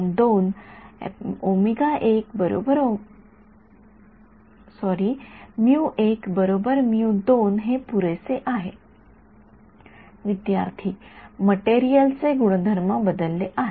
विद्यार्थीः संदर्भ वेळ 0७४0 मटेरियल चे गुणधर्म बदलले आहेत